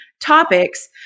topics